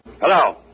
Hello